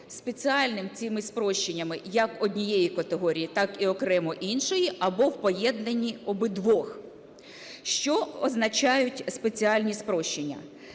спеціальними цими спрощеннями як однієї категорії, так і окремо іншої або в поєднанні обидвох. Що означають спеціальні спрощення?